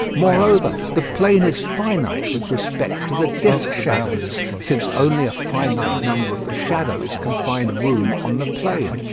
moreover, the plane is finite with respect to the disc-shadows, since only a finite number of the shadows can find room on the plane.